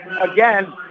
Again